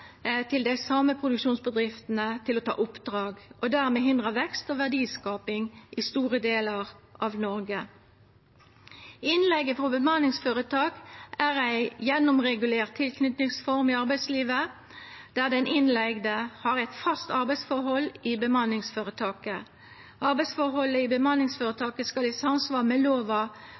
dei same produksjonsbedriftene har til å ta oppdrag, og dermed hindra vekst og verdiskaping i store delar av Noreg. Innleige frå bemanningsføretak er ei gjennomregulert tilknytingsform i arbeidslivet, der den innleigde har eit fast arbeidsforhold i bemanningsføretaket. Arbeidsforholdet i bemanningsføretaket skal i samsvar med lova